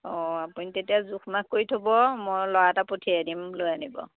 অঁ আপুনি তেতিয়া জোখ মাখ কৰি থ'ব মই ল'ৰা এটা পঠিয়াই দিম লৈ আনিব